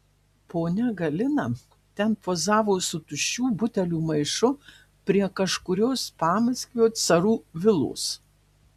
ponia galina ten pozavo su tuščių butelių maišu prie kažkurios pamaskvio carų vilos